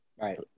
Right